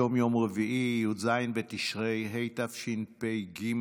היום יום רביעי, י"ז בתשרי התשפ"ג,